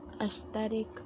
aesthetic